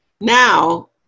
Now